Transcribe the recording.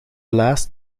last